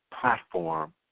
platform